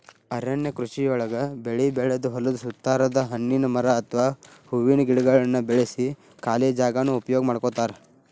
ಅರಣ್ಯ ಕೃಷಿಯೊಳಗ ಬೆಳಿ ಬೆಳದ ಹೊಲದ ಸುತ್ತಾರದ ಹಣ್ಣಿನ ಮರ ಅತ್ವಾ ಹೂವಿನ ಗಿಡಗಳನ್ನ ಬೆಳ್ಸಿ ಖಾಲಿ ಜಾಗಾನ ಉಪಯೋಗ ಮಾಡ್ಕೋತಾರ